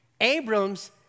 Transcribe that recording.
Abram's